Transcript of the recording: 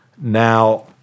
Now